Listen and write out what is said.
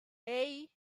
hey